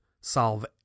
solve